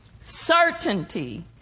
Certainty